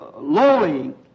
lowly